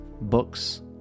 books